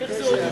בבקשה.